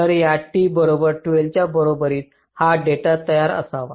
तर या t बरोबर 12 च्या बरोबर हा डेटा तयार असावा